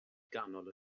ganol